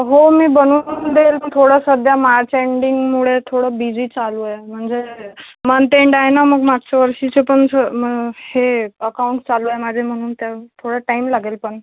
हो मी बनवून देईल पण थोडं सध्या मार्च एंडिंगमुळे थोडं बिझी चालू आहे म्हणजे मंथ ऐन्ड आहे ना मग मागच्या वर्षीचे पण ज म हे अकाऊंट चालू आहे माझे म्हणून त्या थोडं टाईम लागेल पण